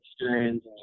experience